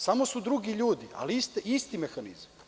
Samo su drugi ljudi, ali isti mehanizam.